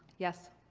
yes.